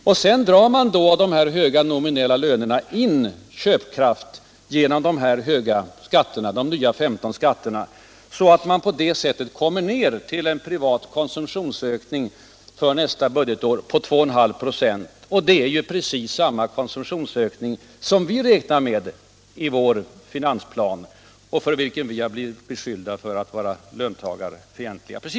Men sedan drar man in köpkraft genom de nya 15 skatterna så att man kommer ned till en privat konsumtionsökning under nästa budgetår av 2,5 ".. Och det är ju precis samma privata konsumtionsökning som vi räknar med i vår finansplan, på grund av vilken vi blivit beskyllda för att vara ”löntagarfientliga”.